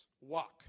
walk